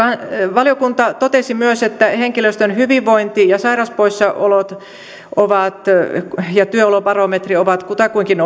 valiokunta totesi myös että henkilöstön hyvinvointi ja sairauspoissaolot ja työolobarometri ovat kutakuinkin